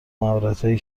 مهارتهایی